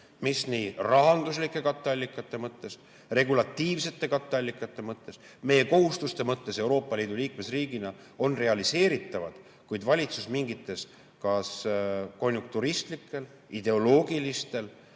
mis nii rahanduslike katteallikate mõttes, regulatiivsete katteallikate mõttes kui ka meie kohustuste mõttes Euroopa Liidu liikmesriigina on realiseeritavad, kuid valitsus kas mingitel konjunkturistlikel, ideoloogilistel